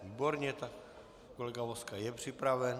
Výborně, tak kolega Vozka je připraven.